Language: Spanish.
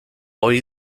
hoy